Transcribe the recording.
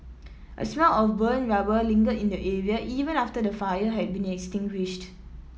a smell of burnt rubber lingered in the area even after the fire had been extinguished